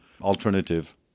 alternative